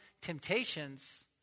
temptations